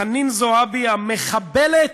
חנין זועבי המחבלת,